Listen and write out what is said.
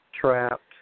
trapped